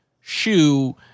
shoe